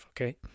Okay